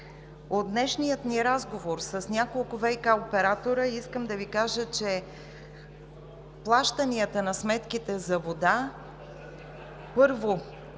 От днешния ни разговор с няколко ВиК оператора искам да Ви кажа, че плащанията на сметките за вода, първо,